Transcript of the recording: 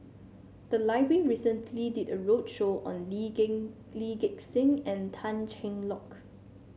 the library recently did a roadshow on Lee Gain Lee Gek Seng and Tan Cheng Lock